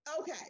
Okay